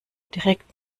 direkt